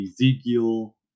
Ezekiel